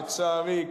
לצערי,